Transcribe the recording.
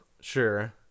Sure